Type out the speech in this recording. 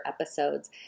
episodes